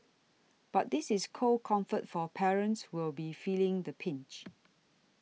but this is cold comfort for parents who'll be feeling the pinch